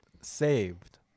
saved—